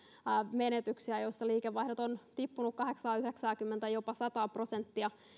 menetyksiä joissa liikevaihdot ovat tippuneet kahdeksaakymmentä yhdeksääkymmentä jopa sataa prosenttia